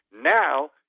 Now